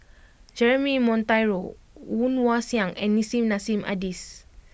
Jeremy Monteiro Woon Wah Siang and Nissim Nassim Adis